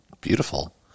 beautiful